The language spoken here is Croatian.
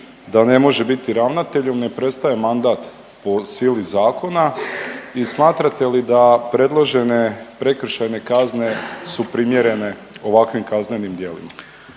da ne može biti ravnatelj ne prestaje mandat po sili zakona i smatrate li da predložene prekršajne kazne su primjerene ovakvim kaznenim djelima?